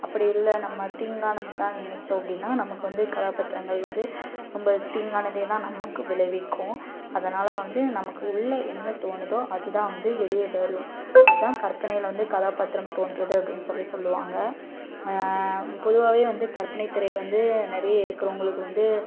அப்படி இல்லை நம்ம தீங்கானது தான் நினைச்சோம் அப்படின்னா நமக்கு வந்து கதாபாத்திரங்கள் வந்து ரொம்ப தீங்கானதே தான் நமக்கு விளைவிக்கும் அதனால் வந்து நமக்கு உள்ள என்ன தோணுதோ அது தான் வந்து வெளியே வரும் அதுதான் கற்பனையில வந்து கதாபாத்திரம் தோன்றுது அப்படின்னு சொல்லி சொல்லுவாங்கள் பொதுவாகவே வந்து கற்பனைத்திரை வந்து நிறைய இருக்கிறவங்களுக்கு வந்து